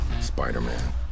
Spider-Man